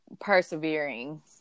persevering